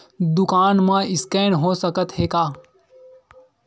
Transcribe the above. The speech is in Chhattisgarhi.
दुकान मा स्कैन हो सकत हे का?